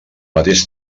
mateix